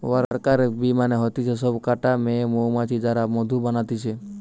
worker bee মানে হতিছে সব কটা মেয়ে মৌমাছি যারা মধু বানাতিছে